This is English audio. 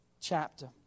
chapter